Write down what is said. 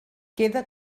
queda